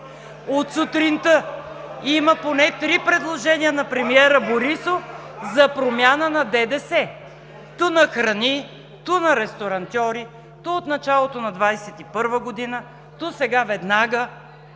От сутринта има поне три предложения на премиера Борисов за промяна на ДДС – ту на храни, ту на ресторантьори, ту от началото на 2021 г., ту сега веднага.